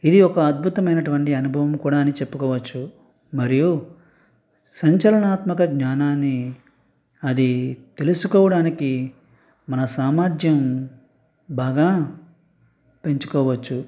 ఇది ఒక అద్భుతమైనటువంటి అనుభవం కూడా అని చెప్పుకోవచ్చు మరియు సంచలనాత్మక జ్ఞానాన్ని అది తెలుసుకోవడానికి మన సామర్థ్యం బాగా పెంచుకోవచ్చు